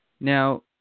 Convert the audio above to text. Now